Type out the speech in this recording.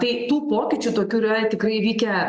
tai tų pokyčių tokių yra tikrai įvykę